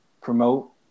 promote